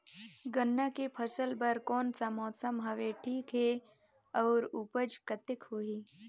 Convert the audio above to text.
गन्ना के फसल बर कोन सा मौसम हवे ठीक हे अउर ऊपज कतेक होही?